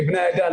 כבני העדה,